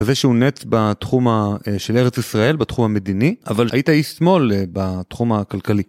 זה שהוא נץ בתחום של ארץ ישראל, בתחום המדיני, אבל היית אי-שמאל בתחום הכלכלי.